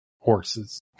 horses